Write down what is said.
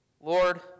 Lord